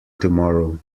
tomorrow